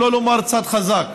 אם לא לומר צד חזק.